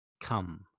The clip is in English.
Come